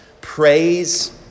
praise